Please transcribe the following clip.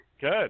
Good